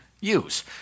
use